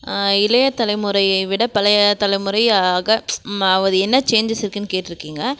இளைய தலைமுறையை விட பழைய தலைமுறை ஆக ஆவது என்ன சேஞ்சஸ் இருக்குதுனு கேட்டிருக்கீங்க